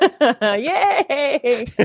Yay